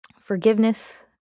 Forgiveness